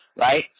right